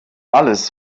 alles